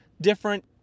different